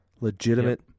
Legitimate